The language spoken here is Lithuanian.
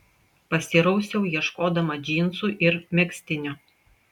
pasirausiau ieškodama džinsų ir megztinio